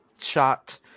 shot